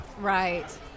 Right